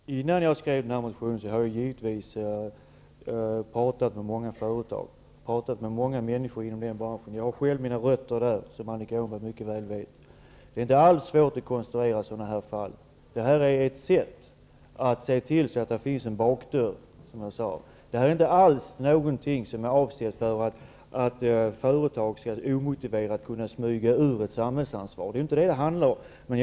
Herr talman! När jag skrev den här motionen hade jag givetvis pratat med många företag och människor inom branschen. Jag har själv mina rötter där, som Annika Åhnberg mycket väl vet. Det är inte alls svårt att konstruera sådana här fall. Det här är ett sätt att se till att det finns en bakdörr. Det är inte alls någonting som är avsett för att företag omotiverat skall kunna smyga ifrån ett samhällsansvar. Det handlar inte om det.